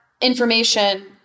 information